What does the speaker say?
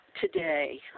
today